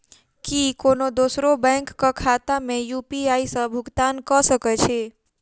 की कोनो दोसरो बैंक कऽ खाता मे यु.पी.आई सऽ भुगतान कऽ सकय छी?